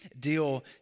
deal